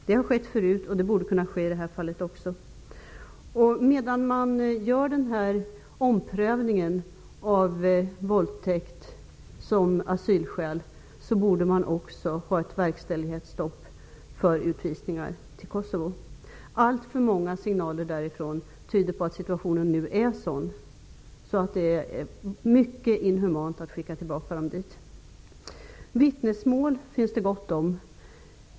Det har skett förut, och det borde kunna ske i det här fallet också. Medan man gör en omprövning av våldtäkt som asylskäl borde det vara ett verkställighetsstopp för utvisningar till Kosovo. Alltför många signaler därifrån tyder på att situationen nu är sådan, att det är mycket inhumant att skicka tillbaka kvinnor dit. Vittnesmål finns det gott om.